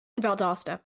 Valdosta